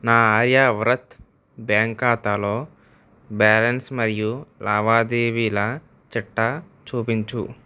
నా ఆర్యవ్రత్ బ్యాంక్ ఖాతాలో బ్యాలన్స్ మరియు లావాదేవీల చిట్టా చూపించు